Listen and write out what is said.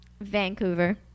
vancouver